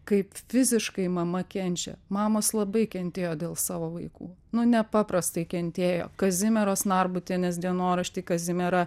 kaip fiziškai mama kenčia mamos labai kentėjo dėl savo vaikų nu nepaprastai kentėjo kazimieros narbutienės dienoraštį kazimiera